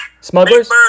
Smugglers